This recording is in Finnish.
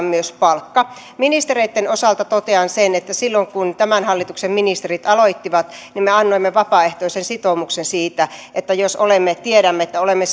myös palkka ministereitten osalta totean sen että silloin kun tämän hallituksen ministerit aloittivat niin me annoimme vapaaehtoisen sitoumuksen siitä että jos tiedämme että olemme